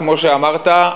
כמו שאמרת,